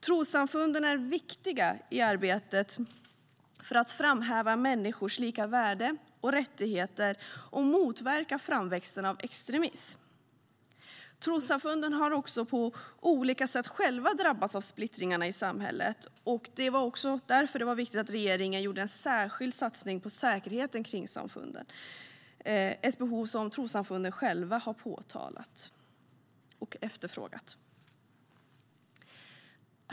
Trossamfunden är viktiga i arbetet för att framhäva människors lika värde och rättigheter och för att motverka framväxten av extremism. Trossamfunden har också på olika sätt själva drabbats av splittringarna i samhället. Det var därför viktigt att regeringen gjorde en särskild satsning på säkerheten kring trossamfunden, något som trossamfunden själva har efterfrågat.